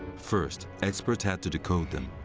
first, experts had to decode them.